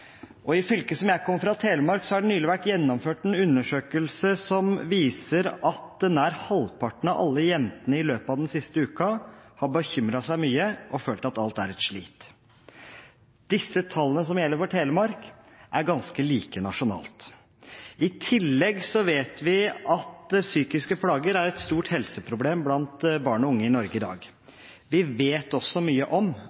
til. I fylket som jeg kommer fra, Telemark, har det nylig vært gjennomført en undersøkelse som viser at nær halvparten av alle jentene i løpet av den siste uken har bekymret seg mye og følt at alt er et slit. Disse tallene som gjelder for Telemark, er ganske like nasjonalt. I tillegg vet vi at psykiske plager er et stort helseproblem blant barn og unge i Norge i dag. Vi vet også mye om